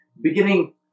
beginning